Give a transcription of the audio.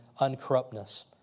uncorruptness